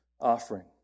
offering